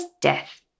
death